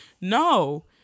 No